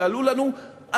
שעלו לנו עשרות-מיליארדים,